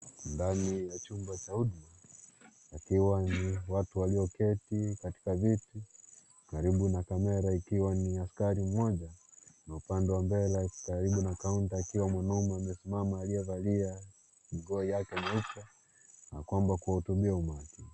Ndani ya chumba cha huduma, pakiwa ni watu walioketi katika viti karibu na kamera ikiwa ni askari mmoja na upande wa mbele karibu na kaunta akiwa mwanaume amesimama aliyevalia nguo yake nyeupe na kwamba kuwahutubia umati.